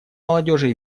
молодежи